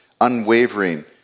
unwavering